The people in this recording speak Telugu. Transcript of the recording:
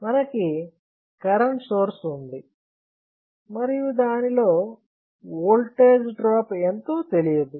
మనకి కరెంట్ సోర్స్ ఉంది మరియు దానిలో ఓల్టేజ్ డ్రాప్ ఎంతో తెలియదు